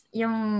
yung